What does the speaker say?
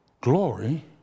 Glory